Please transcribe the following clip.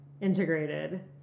integrated